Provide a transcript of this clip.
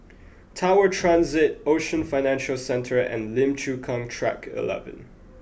tower transit Ocean Financial Centre and Lim Chu Kang track eleven